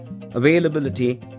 availability